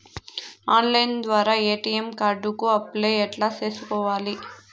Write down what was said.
Online ద్వారా ATM card కు apply ఎట్లా సేసుకోవాలి?